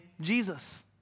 Jesus